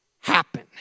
happen